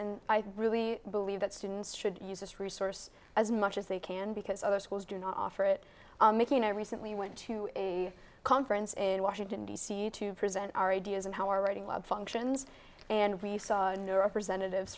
and i really believe that students should use this resource as much as they can because other schools do not offer it making i recently went to a conference in washington d c to present our ideas in how our writing lab functions and we saw a neuro presented